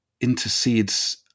intercedes